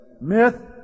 Myth